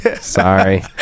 Sorry